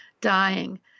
dying